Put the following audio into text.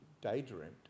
daydreamed